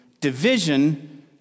division